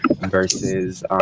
versus